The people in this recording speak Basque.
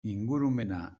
ingurumena